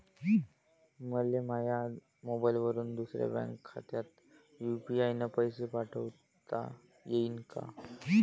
मले माह्या मोबाईलवरून दुसऱ्या बँक खात्यात यू.पी.आय न पैसे पाठोता येईन काय?